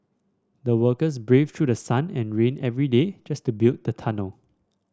the workers braved through sun and rain every day just to build the tunnel